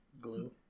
Glue